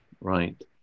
Right